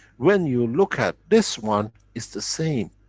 when you look at this one, it's the same.